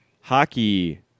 hockey